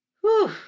Whew